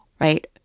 right